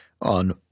on